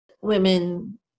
Women